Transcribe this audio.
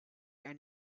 and